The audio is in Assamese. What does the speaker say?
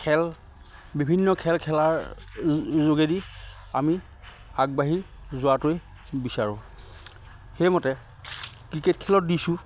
খেল বিভিন্ন খেল খেলাৰ যোগেদি আমি আগবাঢ়ি যোৱাটোৱে বিচাৰোঁ সেইমতে ক্ৰিকেট খেলত দিছোঁ